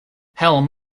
helm